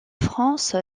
france